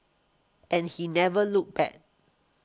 and he never looked back